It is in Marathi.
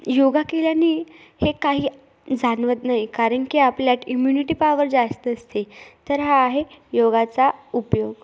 योगा केल्यानी हे काही जाणवत नाही कारण की आपल्यात इम्युनिटी पावर जास्त असते तर हा आहे योगाचा उपयोग